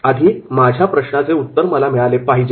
आधी माझ्या प्रश्नाचे उत्तर मला मिळाले पाहिजे